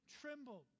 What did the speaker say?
trembled